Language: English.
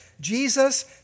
Jesus